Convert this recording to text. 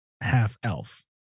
half-elf